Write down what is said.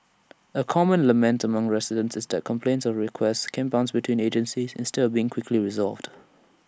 A common lament among residents is that complaints and requests can bounce between agencies instead of being quickly resolved